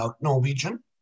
Norwegian